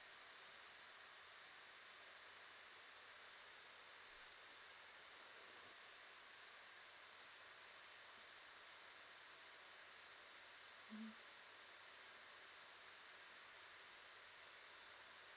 mmhmm